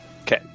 okay